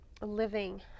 living